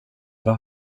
var